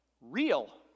Real